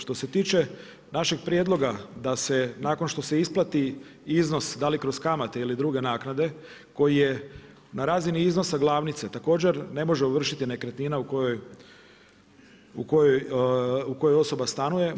Što se tiče, našeg prijedloga, da se nakon što se isplati iznos, da li kroz kamate ili druge naknade koji je na razini iznosa glavnice, također ne može ovršiti nekretnina u kojoj osoba stanova.